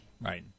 Right